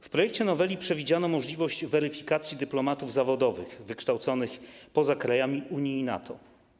W projekcie noweli przewidziano możliwość weryfikacji dyplomatów zawodowych wykształconych poza krajami Unii i NATO.